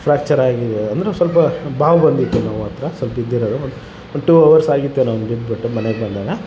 fracture ಆಗಿದೆ ಅಂದರು ಸ್ವಲ್ಪ ಬಾವು ಬಂದಿತ್ತು ನೋವುಹತ್ರ ಸ್ವಲ್ಪ್ ಬಿದ್ದಿರೋದು ಒನ್ ಟು ಹವರ್ಸ್ ಆಗಿತ್ತೇನೋ ಅವ್ನು ಬಿದ್ಬಿಟ್ಟು ಮನೇಗೆ ಬಂದಾಗ